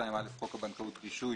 ו-22א לחוק הבנקאות (רישוי),